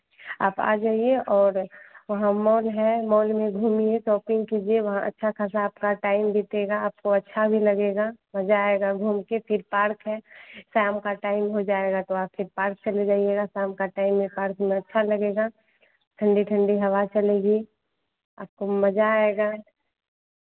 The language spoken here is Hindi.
आप आ जाइए और वहाँ मॉल है मॉल में घूमिए शॉपिंग कीजिए वहाँ अच्छा खासा आपका टाइम बीतेगा आपको अच्छा भी लगेगा मज़ा आएगा घूम कर फिर पार्क है शाम का टाइम हो जाएगा तो आप फिर पार्क चले जाइएगा शाम का टाइम में पार्क में अच्छा लगेगा ठंडी ठंडी हवा चलेगी आपको मज़ा आएगा